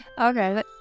Okay